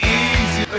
easy